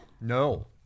No